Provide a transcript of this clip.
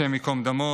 השם ייקום דמו,